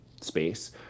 space